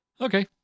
okay